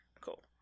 cool